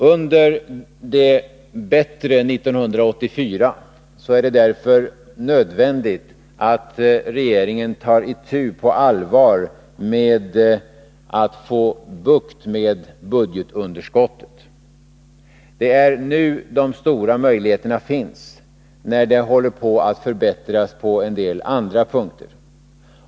Under det bättre 1984 är det därför nödvändigt att regeringen på allvar tar itu med att få bukt med budgetunderskottet. Det är nu de stora möjligheterna finns, när det håller på att bli förbättringar på en del andra punkter.